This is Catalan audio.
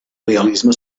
realisme